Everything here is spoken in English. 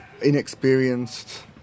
inexperienced